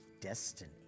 destiny